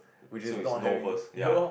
which is not having ya lor